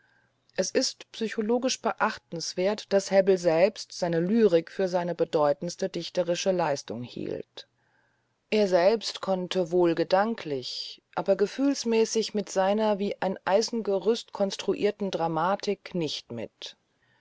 es ist psychologisch beachtenswert daß hebbel selbst seine lyrik für seine bedeutendste dichterische leistung hielt er selbst konnte wohl gedanklich aber gefühlsmäßig mit seiner wie ein eisengerüst konstruierten dramatik nicht mit